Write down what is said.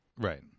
right